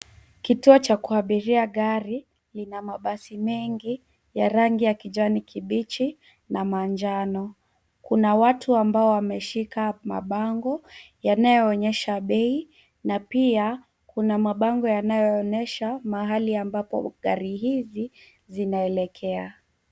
Kituo cha kuabiria gari, ni la mabasi mengi ya rangi ya kijani kibichi na manjano. Kuna watu ambao wameshika mabango yanayoonyesha bei na pia kuna mabango yanayoonyesha mahali ambapo gari hizi zinaelekea.